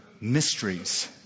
mysteries